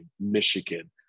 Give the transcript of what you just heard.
Michigan